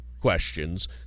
questions